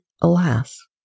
alas